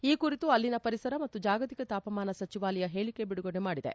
ಈ ಕುರಿತು ಅಲ್ಲಿನ ಪರಿಸರ ಮತ್ತು ಜಾಗತಿಕ ತಾಪಮಾನ ಸಚಿವಾಲಯ ಹೇಳಿಕೆ ಬಿಡುಗಡೆ ಮಾಡಿದೆ